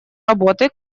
работы